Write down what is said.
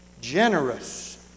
Generous